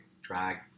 drag